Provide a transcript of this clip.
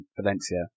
Valencia